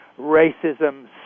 racism